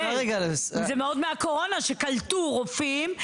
עוד מהקורונה שקלטו רופאים,